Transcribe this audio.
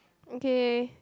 okay